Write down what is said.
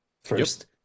first